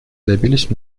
добились